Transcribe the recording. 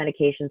medications